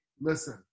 listen